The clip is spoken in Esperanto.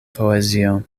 poezio